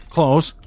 Close